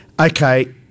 Okay